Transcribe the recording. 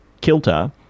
Kilter